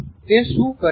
તે શું કરે છે